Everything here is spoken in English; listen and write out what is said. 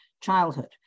childhood